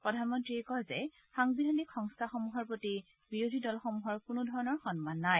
প্ৰধানমন্ত্ৰীয়ে কয় যে সাংবিধানিক সংস্থাসমূহৰ প্ৰতি বিৰোধী দলসমূহৰ কোনো ধৰণৰ সন্মান নাই